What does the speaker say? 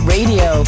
Radio